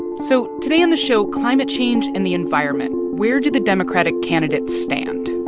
so today on the show climate change and the environment. where do the democratic candidates stand?